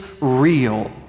real